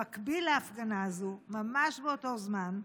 במקביל להפגנה הזו, ממש באותו זמן,